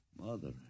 Mother